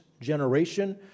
generation